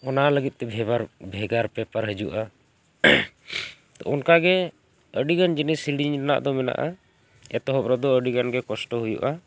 ᱚᱱᱟ ᱞᱟᱹᱜᱤᱫ ᱛᱮ ᱵᱷᱮᱵᱟᱨ ᱵᱷᱮᱜᱟᱨ ᱯᱮᱯᱟᱨ ᱦᱤᱡᱩᱜᱼᱟ ᱛᱚ ᱚᱱᱠᱟ ᱜᱮ ᱟᱹᱰᱤ ᱜᱟᱱ ᱡᱤᱱᱤᱥ ᱦᱤᱲᱤᱧ ᱨᱮᱱᱟᱜ ᱫᱚ ᱢᱮᱱᱟᱜᱼᱟ ᱮᱛᱚᱦᱚᱵ ᱨᱮᱫᱚ ᱟᱹᱰᱤ ᱜᱟᱱ ᱜᱮ ᱠᱚᱥᱴᱚ ᱦᱩᱭᱩᱜᱼᱟ